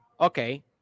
okay